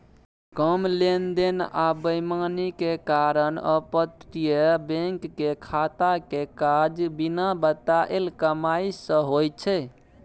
कम लेन देन आ बेईमानी के कारण अपतटीय बैंक के खाता के काज बिना बताएल कमाई सँ होइ छै